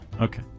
Okay